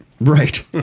Right